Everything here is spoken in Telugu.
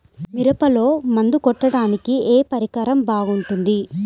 మిరపలో మందు కొట్టాడానికి ఏ పరికరం బాగుంటుంది?